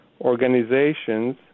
organizations